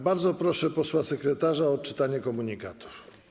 Bardzo proszę posła sekretarza o odczytanie komunikatów.